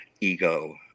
ego